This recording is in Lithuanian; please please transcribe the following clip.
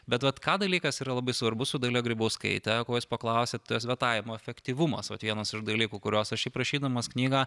bet vat ką dalykas yra labai svarbu su dalia grybauskaite ko jūs paklausėt tas vetavimo efektyvumas vat vienas iš dalykų kuriuos aš šiaip rašydamas knygą